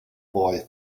boy